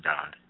God